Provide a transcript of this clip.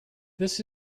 this